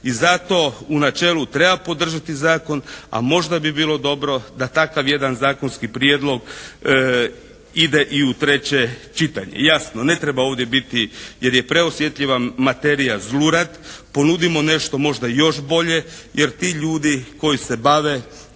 I zato u načelu treba podržati zakon, a možda bi bilo dobro da takav jedan zakonski prijedlog ide i u treće čitanje. Jasno, ne treba ovdje biti jer je preosjetljiva materija zlurad. Ponudimo nešto možda još bolje jer ti ljudi koji se bave